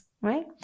Right